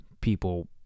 people